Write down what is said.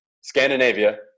Scandinavia